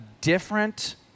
different